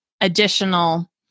additional